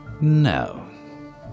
No